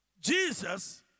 Jesus